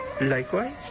likewise